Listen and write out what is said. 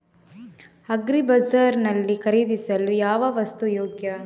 Agri ಬಜಾರ್ ನಲ್ಲಿ ಖರೀದಿಸಲು ಯಾವ ವಸ್ತು ಯೋಗ್ಯ?